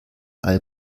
all